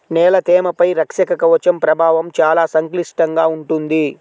నేల తేమపై రక్షక కవచం ప్రభావం చాలా సంక్లిష్టంగా ఉంటుంది